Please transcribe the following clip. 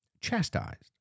chastised